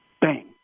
bang